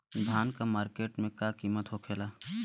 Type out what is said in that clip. धान क मार्केट में का कीमत होखेला?